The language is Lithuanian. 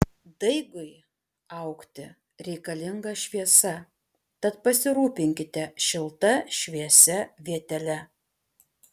daigui augti reikalinga šviesa tad pasirūpinkite šilta šviesia vietele